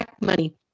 money